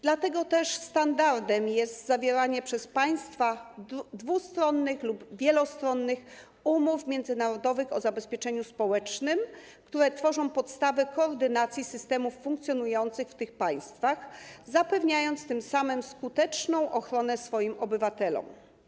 Dlatego też standardem jest zawieranie przez państwa dwustronnych lub wielostronnych umów międzynarodowych o zabezpieczeniu społecznym, które tworzą podstawę koordynacji systemów funkcjonujących w tych państwach, zapewniając tym samym skuteczną ochronę swoim obywatelom.